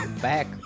back